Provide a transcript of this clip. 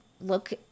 Look